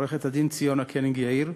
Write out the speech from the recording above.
עורכת-הדין ציונה קניג-יאיר,